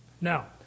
Now